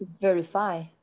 verify